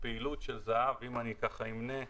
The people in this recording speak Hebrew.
פעילות של זה"ב ואם אני אמנה,